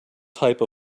type